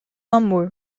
amor